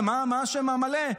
מה השם המלא?